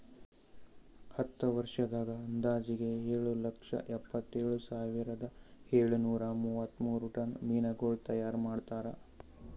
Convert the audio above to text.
ಹತ್ತು ವರ್ಷದಾಗ್ ಅಂದಾಜಿಗೆ ಏಳು ಲಕ್ಷ ಎಪ್ಪತ್ತೇಳು ಸಾವಿರದ ಏಳು ನೂರಾ ಮೂವತ್ಮೂರು ಟನ್ ಮೀನಗೊಳ್ ತೈಯಾರ್ ಮಾಡ್ತಾರ